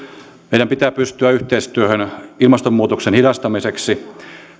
meidän pitää pystyä yhteistyöhön ilmastonmuutoksen hidastamiseksi